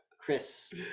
Chris